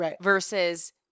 Versus